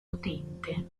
potente